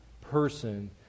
person